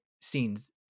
scenes